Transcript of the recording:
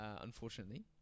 unfortunately